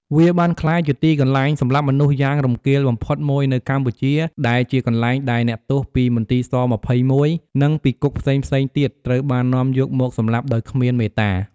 វាបានក្លាយជាទីកន្លែងសម្លាប់មនុស្សយ៉ាងរង្គាលបំផុតមួយនៅកម្ពុជា ដែលជាកន្លែងដែលអ្នកទោសពីមន្ទីរស-២១ និងពីគុកផ្សេងៗទៀតត្រូវបាននាំយកមកសម្លាប់ដោយគ្មានមេត្តា។